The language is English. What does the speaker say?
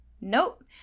Nope